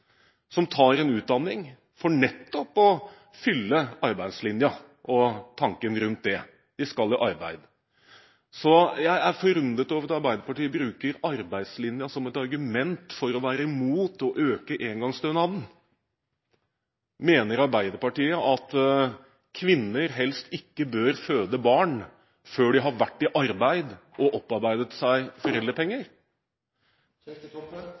som tar en utdanning for nettopp å fylle arbeidslinja og tanken rundt det – de skal i arbeid. Jeg er forundret over at Arbeiderpartiet bruker arbeidslinja som et argument for å være imot å øke engangsstønaden. Mener Arbeiderpartiet at kvinner helst ikke bør føde barn før de har vært i arbeid og opparbeidet seg foreldrepenger?